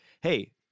hey